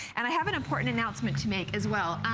and i have an important announcement to make as well.